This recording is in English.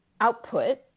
output